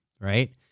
right